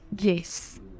Yes